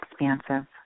expansive